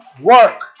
work